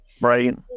right